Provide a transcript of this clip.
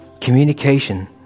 Communication